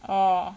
orh